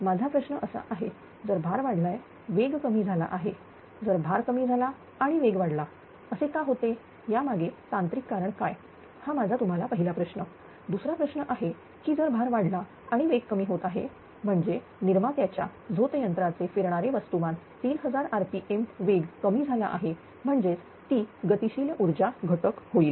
माझा प्रश्न असा आहे जर भार वाढलाय वेग कमी झाला आहेजर भार कमी झाला आणि वेग वाढला असे का होते यामागे तांत्रिक कारण काय हा माझा तुम्हाला पहिला प्रश्न आहे दुसरा प्रश्न आहे की जर भार वाढला आणि वेग कमी होत आहेत म्हणजेच निर्मात्याच्या झोतयंत्राचे फिरणारे वस्तुमान 3000 rpm वेग कमी झाला आहे म्हणजेच ती गतिशील ऊर्जा घटक होईल